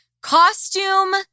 Costume